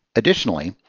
additionally,